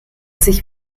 sich